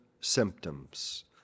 symptoms